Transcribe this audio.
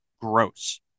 Gross